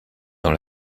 dans